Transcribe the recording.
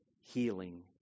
healing